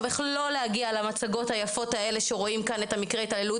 איך לא להגיע למצגות האלה שרואים כאן את מקרי ההתעללות